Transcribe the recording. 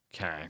Okay